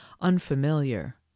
unfamiliar